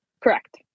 Correct